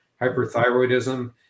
hyperthyroidism